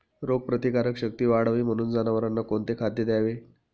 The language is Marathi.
रोगप्रतिकारक शक्ती वाढावी म्हणून जनावरांना कोणते खाद्य द्यावे?